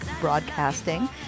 Broadcasting